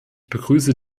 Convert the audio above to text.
begrüße